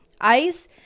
ice